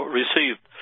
received